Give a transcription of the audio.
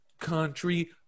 Country